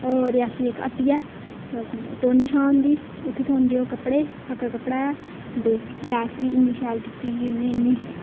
होर रियासी इक हट्टी ऐ टोनी शाह् हुंदी ओह् उत्थै थ्होंदे ओह् कपड़े पक्का कपड़ा ऐ ते लैस बी इन्नी शैल कीती ही उ'नें